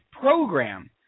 program